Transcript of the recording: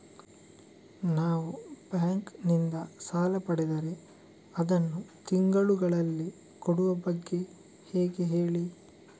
ನಾವು ಬ್ಯಾಂಕ್ ನಿಂದ ಸಾಲ ಪಡೆದರೆ ಅದನ್ನು ತಿಂಗಳುಗಳಲ್ಲಿ ಕೊಡುವ ಬಗ್ಗೆ ಹೇಗೆ ಹೇಳಿ